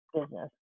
business